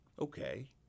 Okay